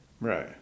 Right